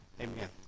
Amen